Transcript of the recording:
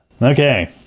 Okay